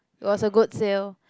it was a good sale